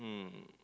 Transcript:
hmm